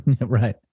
Right